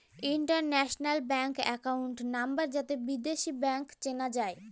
international bank account number যাতে বিদেশী bank চেনা যায়